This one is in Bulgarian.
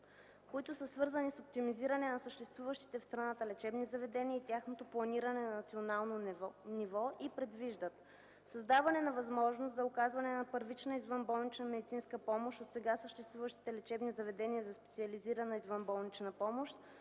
които са свързани с оптимизиране на съществуващите в страната лечебни заведения и тяхното планиране на национално ниво и предвиждат: - създаване на възможност за оказване на първична извънболнична медицинска помощ от сега съществуващите лечебни заведения за специализирана извънболнична помощ